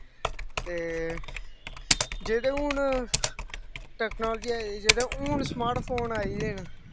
ते जेह्ड़े हून टैकनालजी ऐ जेहड़े हून स्मार्ट फोन आई गेदे न